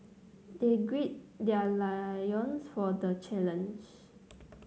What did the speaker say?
they gird their loins for the challenge